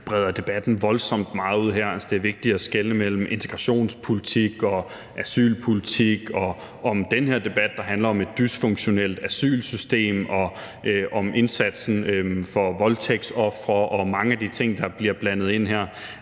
man breder debatten voldsomt meget ud her. Det er vigtigt at skelne mellem integrationspolitik og asylpolitik og mellem den her debat, der handler om et dysfunktionelt asylsystem, og indsatsen for voldtægtsofre og mange af de ting, der bliver blandet ind i